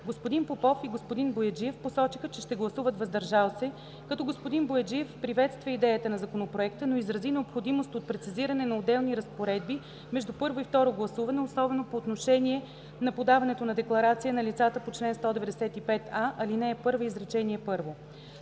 Господин Попов и господин Бояджиев посочиха, че ще гласуват „въздържал се”, като господин Бояджиев приветства идеята на Законопроекта, но изрази необходимост от прецизиране на отделни разпоредби между първо и второ гласуване, особено по отношение на подаването на декларация на лицата по чл. 195а, ал. 1, изр. 1.